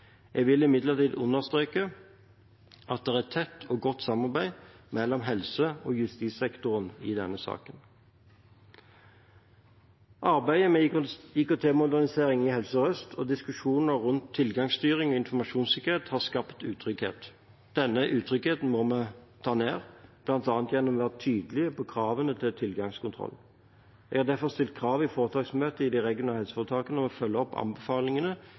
Jeg vil imidlertid understreke at det er et tett og godt samarbeid mellom helse- og justissektoren i denne saken. Arbeidet med IKT-moderniseringen i Helse Sør-Øst og diskusjonen rundt tilgangsstyring og informasjonssikkerhet har skapt utrygghet. Denne utryggheten må vi ta ned, bl.a. gjennom å være tydelige på kravene til tilgangskontroll. Jeg har derfor stilt krav i foretaksmøtet i de regionale helseforetakene om å følge opp anbefalingene